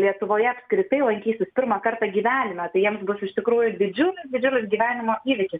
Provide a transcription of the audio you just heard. lietuvoje apskritai lankysis pirmą kartą gyvenime tai jiems bus iš tikrųjų didžiulis didžiulis gyvenimo įvykis